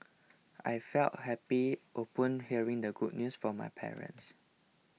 I felt happy upon hearing the good news from my parents